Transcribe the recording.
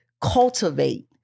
cultivate